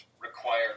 require